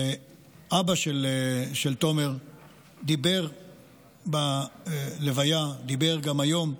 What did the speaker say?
אבא של תומר דיבר בלוויה, דיבר גם היום,